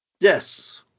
yes